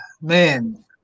Man